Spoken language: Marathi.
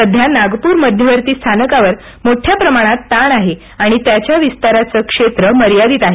सध्या नागपूर मध्यवर्ती स्थानकावर मोठ्या प्रमाणात ताण आहे आणि त्याच्या विस्ताराचं क्षेत्र मर्यादित आहे